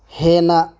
ꯍꯦꯟꯅ